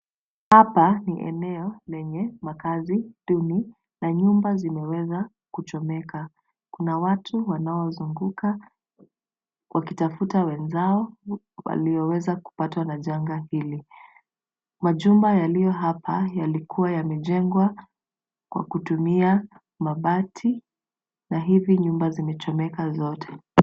Hapa ni eneo lenye makaazi duni na nyumba zimeweza kutumika. Kuna watu wanaozunguka wakitafuta wenzao, walioweza kupatwa na janga hili. Majumba yaliyo hapa yalikuwa yamejengwa kwa kutumia mabati na hivi nyumba zimechomeka zote.